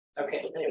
Okay